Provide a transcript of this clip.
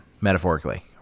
Metaphorically